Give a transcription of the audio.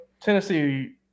Tennessee